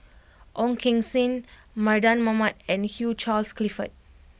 Ong Keng Sen Mardan Mamat and Hugh Charles Clifford